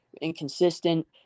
inconsistent